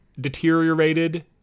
deteriorated